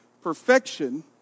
perfection